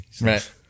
right